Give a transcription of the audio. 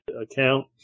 account